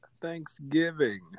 Thanksgiving